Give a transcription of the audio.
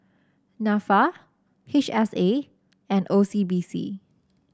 NAFA H S A and O C B C